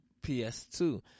PS2